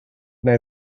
neu